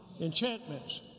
Enchantments